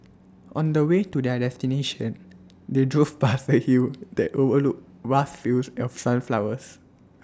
on the way to their destination they drove past A hill that overlooked vast fields of sunflowers